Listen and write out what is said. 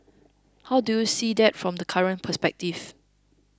how do you see that from the current perspective